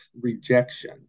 rejection